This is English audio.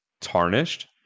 tarnished